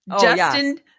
Justin